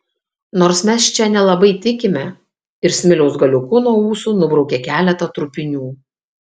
nors mes čia nelabai tikime ir smiliaus galiuku nuo ūsų nubraukė keletą trupinių